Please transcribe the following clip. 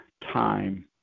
time